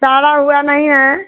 सड़ा हुआ नहीं है